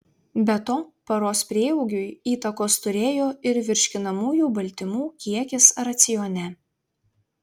be to paros prieaugiui įtakos turėjo ir virškinamųjų baltymų kiekis racione